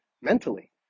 mentally